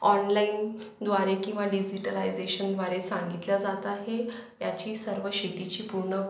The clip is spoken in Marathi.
ऑनलाइनद्वारे किंवा डिजीटलायजेशनद्वारे सांगितल्या जात आहे याची सर्व शेतीची पूर्ण